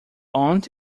aunt